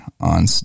on